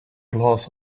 glass